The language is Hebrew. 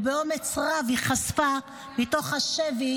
ובאומץ רב היא חשפה מתוך השבי